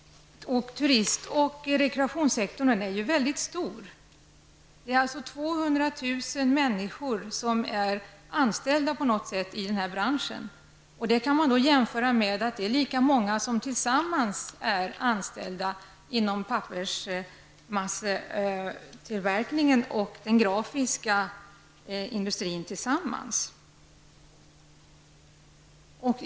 Turist och rekreationssektorn är mycket stor. 200 000 människor är anställda i den branschen. Det är lika många som sammantaget är anställda inom papperstillverkningen och den grafiska industrin.